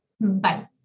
Bye